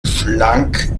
schlank